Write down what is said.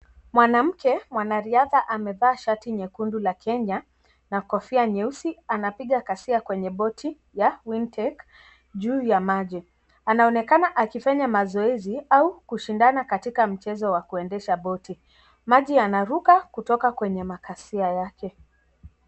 Mwanamke mwanariadha amevaa shati nyekundu la Kenya na kofia nyeusi anapiga kasia kwwnye boti ya wintec juu ya maji, anaonekana akifanya mazoezi au kushindana katika mchezo wa kuendesha boti, maji yanaruka kutoka kwenye makasia yake.